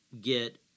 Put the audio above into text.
get